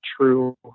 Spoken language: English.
true